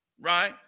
right